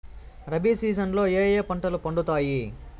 rabi season లో ఏ ఏ పంటలు పండుతాయి